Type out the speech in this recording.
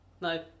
no